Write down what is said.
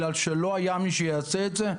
אלא בגלל שלא היה מי שיעשה את זה.